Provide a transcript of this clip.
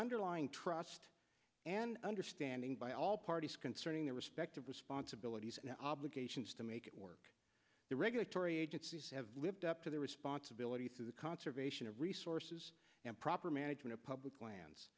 underlying trust and understanding by all parties concerning their respective responsibilities and obligations to make it work the regulatory agencies have lived up to their responsibility through the conservation of resources and proper management of public lan